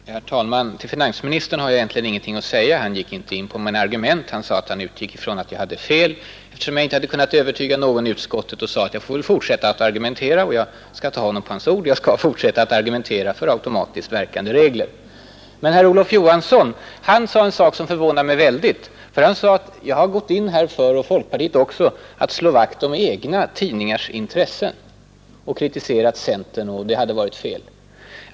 Herr talman! Till finansministern har jag egentligen ingenting att'säga. Han gick inte in på mina argument. Han sade att han utgick ifrån att jag hade fel, eftersom jag inte hade kunnat övertyga någon i utskottet. Han sade att jag får fortsätta att argumentera i saken. Jag skall ta honom på hans ord och fortsätta att tala för automatiskt verkande regler. Men herr Olof Johansson sade en sak som förvånar mig mycket. Han påstod att folkpartiet och jag hade gått in för att slå vakt om egna tidningars intressen och kritisera centern, vilket skulle vara fel.